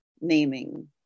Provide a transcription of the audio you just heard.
naming